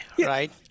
right